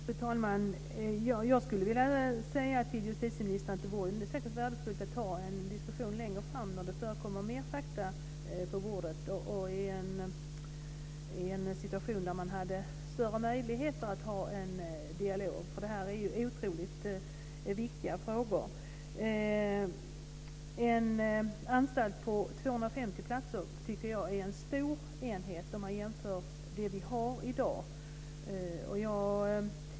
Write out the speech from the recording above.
Fru talman! Jag skulle vilja säga till justitieministern att det säkert vore värdefullt att ha en diskussion längre fram när det förekommer mer fakta på bordet i en situation där man har större möjligheter att ha en dialog. Det här är ju otroligt viktiga frågor. En anstalt på 250 platser tycker jag är en stor enhet om man jämför med det vi har i dag.